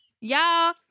Y'all